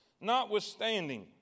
Notwithstanding